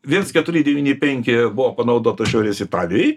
viens keturi devyni penki buvo panaudota šiaurės italijoj